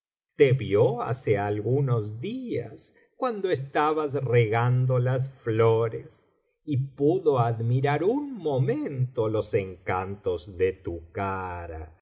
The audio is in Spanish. te vio hace algunos días cuando estabas regando las flores y pudo admirar un momento los encantos de tu cara